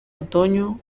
otoño